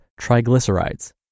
triglycerides